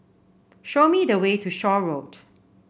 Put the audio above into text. show me the way to Shaw Road